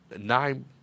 nine